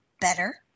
better